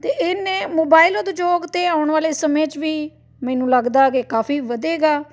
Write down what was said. ਅਤੇ ਇਹਨੇ ਮੋਬਾਇਲ ਉਦਯੋਗ ਤਾਂ ਆਉਣ ਵਾਲੇ ਸਮੇਂ 'ਚ ਵੀ ਮੈਨੂੰ ਲੱਗਦਾ ਕਿ ਕਾਫ਼ੀ ਵਧੇਗਾ